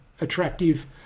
attractive